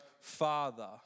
father